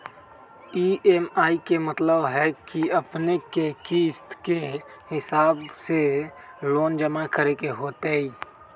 EMI के मतलब है कि अपने के किस्त के हिसाब से लोन जमा करे के होतेई?